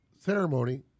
ceremony